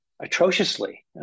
Atrociously